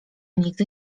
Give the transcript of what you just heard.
nigdy